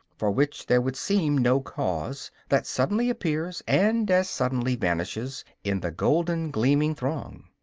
for which there would seem no cause, that suddenly appears, and as suddenly vanishes, in the golden, gleaming throng.